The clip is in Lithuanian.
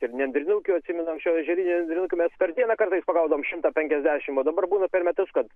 ir nendrinukių atsimenam čia ežerinių nendrinukių mes per dieną kartais pagaudavom šimtą penkiasdešimt o dabar būna per metus kad